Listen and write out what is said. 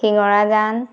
শিঙৰাজান